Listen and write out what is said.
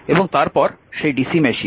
এবং তারপর সেই ডিসি মেশিন